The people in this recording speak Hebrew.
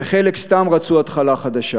וחלק סתם רצו התחלה חדשה